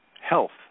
health